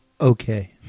okay